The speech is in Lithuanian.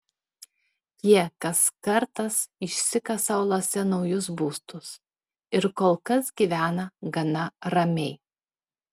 jie kas kartas išsikasa uolose naujus būstus ir kol kas gyvena gana ramiai